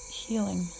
healing